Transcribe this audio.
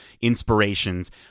inspirations